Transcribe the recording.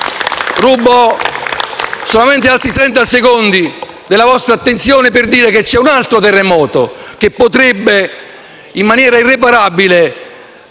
rubo solamente altri trenta secondi della vostra attenzione per dire che c'è anche un altro terremoto che potrebbe in maniera irreparabile